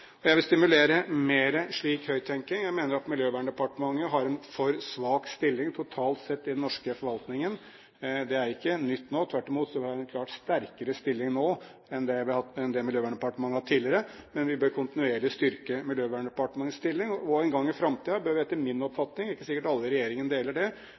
grep. Jeg vil stimulere til mer slik høyttenkning. Jeg mener at Miljøverndepartementet har en for svak stilling totalt sett i den norske forvaltningen. Det er ikke nytt nå, tvert imot har Miljøverndepartementet en klart sterkere stilling nå enn det har hatt tidligere. Men vi bør kontinuerlig styrke Miljøverndepartementets stilling. En gang i framtiden bør Miljøverndepartementet etter min oppfatning – det er ikke sikkert alle i regjeringen deler